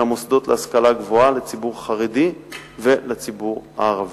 של המוסדות להשכלה גבוהה לציבור החרדי ולציבור הערבי.